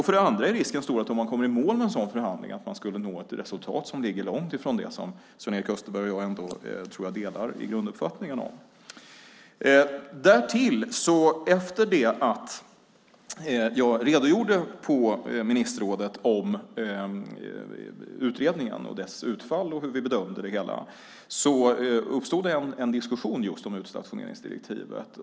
För det andra är risken att det resultat som man till slut skulle nå fram till i en sådan förhandling ligger långt från den grundsyn som jag tror att Sven-Erik och jag egentligen delar. Efter att jag i ministerrådet redogjorde för utredningen, dess utfall och för hur vi bedömde det hela uppstod en diskussion om just utstationeringsdirektivet.